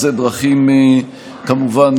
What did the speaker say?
כמובן,